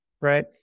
Right